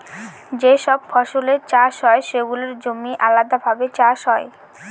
যে সব ফসলের চাষ হয় সেগুলোর জমি আলাদাভাবে চাষ হয়